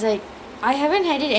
eh I want sia